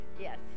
Yes